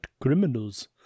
criminals